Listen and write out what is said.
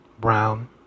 brown